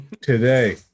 today